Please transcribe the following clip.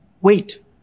wait